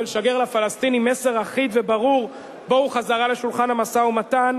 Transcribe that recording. ולשגר לפלסטינים מסר אחיד וברור: בואו חזרה לשולחן המשא-ומתן,